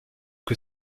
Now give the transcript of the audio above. que